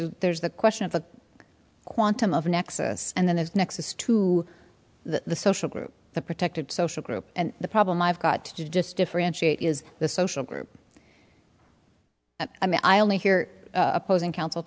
a there's the question of a quantum of nexus and then there's nexus to the social group the protected social group and the problem i've got to just differentiate is the social group i mean i only hear opposing counsel